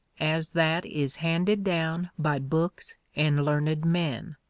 as that is handed down by books and learned men.